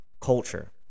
culture